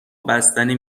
بستنی